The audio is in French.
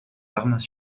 armes